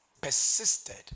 persisted